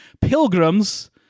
Pilgrims